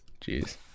Jeez